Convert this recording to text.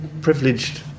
privileged